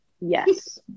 yes